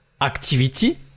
activity